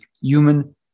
human